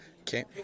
okay